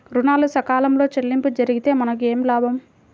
ఋణాలు సకాలంలో చెల్లింపు జరిగితే మనకు ఏమి లాభం?